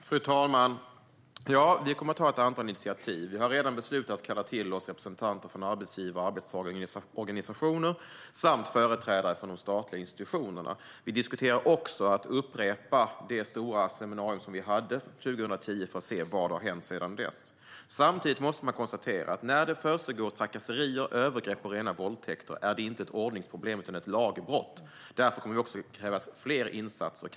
Fru talman! Vi kommer att ta ett antal initiativ. Vi har redan beslutat att kalla till oss representanter från arbetsgivare, arbetstagarorganisationer och företrädare för de statliga institutionerna. Vi diskuterar också att upprepa det stora seminarium som vi hade 2010 för att se vad som har hänt sedan dess. Samtidigt måste man konstatera att när det förekommer trakasserier, övergrepp och rena våldtäkter är det inte ett ordningsproblem utan ett lagbrott. Därför kommer det också att krävas fler insatser.